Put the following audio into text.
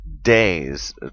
days